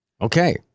Okay